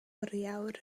oriawr